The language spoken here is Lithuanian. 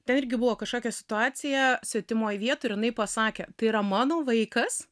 tai irgi buvo kažkokia situacija svetimoj vietoj jinai pasakė tai yra mano vaikas